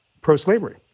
pro-slavery